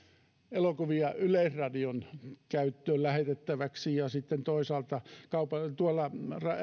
elokuvia yleisradion käyttöön lähetettäväksi ja sitten toisaalta tuolla